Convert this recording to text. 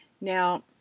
Now